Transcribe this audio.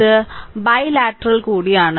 ഇത് ബൈലാറ്ററൽ കൂടിയാണ്